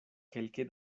kelke